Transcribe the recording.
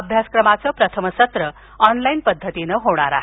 अभ्यासक्रमाचं प्रथम सत्र ऑनलाइन पद्धतीनं होणार आहे